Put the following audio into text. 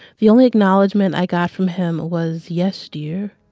the only acknowledgement i got from him was, yes, dear.